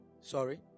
Sorry